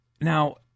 now